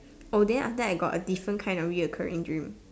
oh then after that I got a different kind of recurring dream